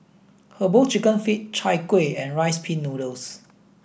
Herbal Chicken Feet Chai Kuih and Rice Pin Noodles